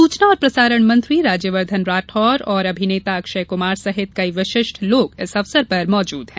सुचना और प्रसारण मंत्री राज्यवर्धन राठौर और अभिनेता अक्षय कुमार सहित कई विशिष्ट लोग इस अवसर पर मौजूद हैं